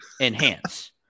Enhance